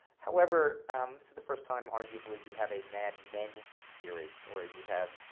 however, this is the first time arguably you have a madmen theory, where you have